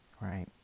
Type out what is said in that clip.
right